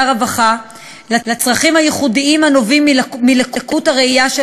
הרווחה למען הצרכים הייחודיים הנובעים מלקות הראייה של